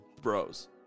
bros